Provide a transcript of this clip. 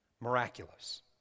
miraculous